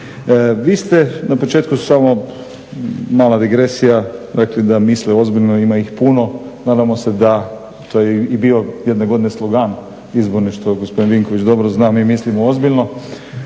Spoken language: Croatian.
Vi ste na početku samo mala digresija, dakle da misle ozbiljno ima ih puno. Nadamo se da, to je i bio jedne godine slogan izborni što gospodin Vinković dobro zna "Mi mislimo ozbiljno".